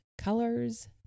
colors